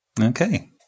Okay